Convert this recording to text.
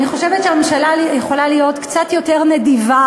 אני חושבת שהממשלה יכולה להיות קצת יותר נדיבה